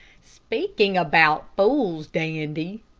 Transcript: speaking about fools, dandy,